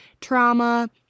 trauma